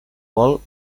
vol